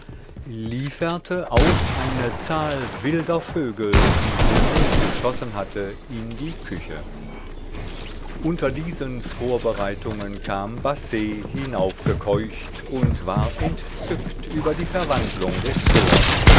lieferte auch eine zahl wilder vögel die brunet geschossen hatte in die küche unter diesen vorbereitungen kam basset hinaufgekeucht und war entzückt über die verwandlung des forts